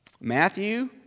Matthew